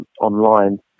online